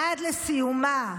עד לסיומה,